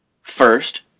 first